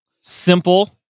simple